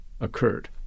occurred